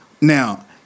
now